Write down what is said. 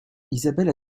isabelle